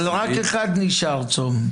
אבל רק אחד נשאר צום.